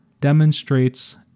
demonstrates